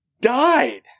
died